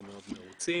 נהיה מאוד מרוצים.